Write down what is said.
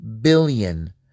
billion